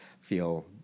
feel